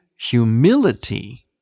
humility